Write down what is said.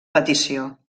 petició